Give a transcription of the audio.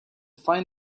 find